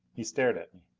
he stared at me.